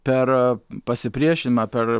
per pasipriešinimą per